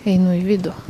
einu į vidų